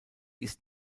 ist